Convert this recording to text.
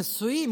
נשואים,